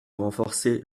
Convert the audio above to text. renforcer